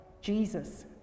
Jesus